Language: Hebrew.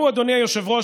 אדוני היושב-ראש,